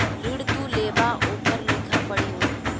ऋण तू लेबा ओकर लिखा पढ़ी होई